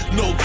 no